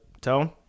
Tone